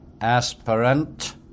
aspirant